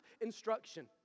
instruction